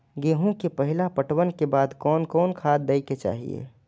गेहूं के पहला पटवन के बाद कोन कौन खाद दे के चाहिए?